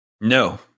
No